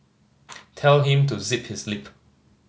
tell him to zip his lip